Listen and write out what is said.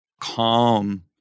calm